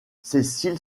cécile